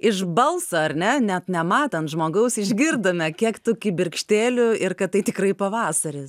iš balso ar ne net nematant žmogaus išgirdome kiek tų kibirkštėlių ir kad tai tikrai pavasaris